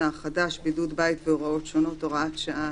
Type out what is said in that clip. החדש) (בידוד בית והוראות שונות) (הוראת שעה),